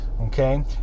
Okay